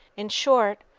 in short,